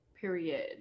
Period